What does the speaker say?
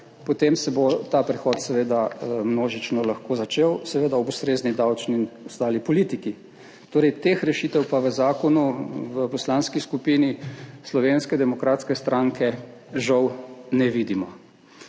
potem se bo ta prehod lahko množično začel, seveda ob ustrezni davčni in ostali politiki. Teh rešitev pa v zakonu v Poslanski skupini Slovenske demokratske stranke, žal, ne vidimo.